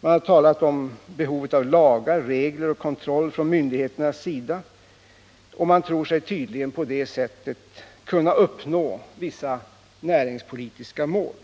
Man har talat om behovet av lagar, regler och kontroll från myndigheternas sida. Man tror sig tydligen på det sättet kunna uppnå vissa näringspolitiska mål.